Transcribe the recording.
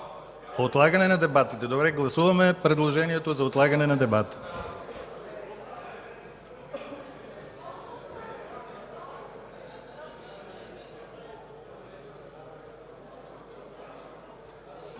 Отлагане на дебатите? Добре. Гласуваме предложението за отлагане на дебатите.